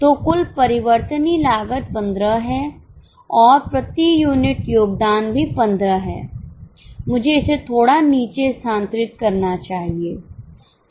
तो कुल परिवर्तनीय लागत 15 है और प्रति यूनिट योगदान भी 15 है मुझे इसे थोड़ा नीचे स्थानांतरित करना चाहिए